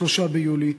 3 ביולי,